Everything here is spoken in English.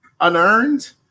unearned